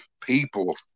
people